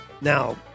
Now